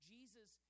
Jesus